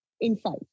inside